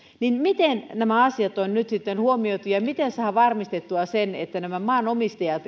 miten nämä asiat on nyt sitten huomioitu ja miten saadaan varmistettua se että maanomistajat